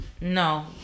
no